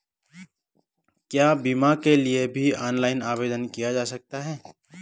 क्या बीमा के लिए भी ऑनलाइन आवेदन किया जा सकता है?